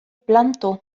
planto